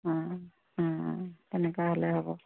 এনেকুৱা হ'লে হ'ব